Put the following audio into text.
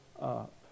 up